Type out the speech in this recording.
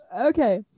okay